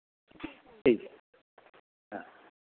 ठीक